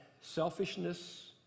selfishness